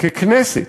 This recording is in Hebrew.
ככנסת,